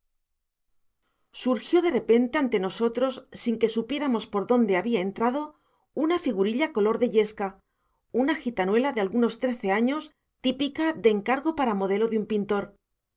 surgió de repente ante nosotros sin que supiésemos por dónde había entrado una figurilla color de yesca una gitanuela de algunos trece años típica de encargo para modelo de un pintor